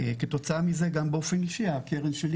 כתוצאה מזה גם באופן אישי הקרן שלי